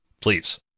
Please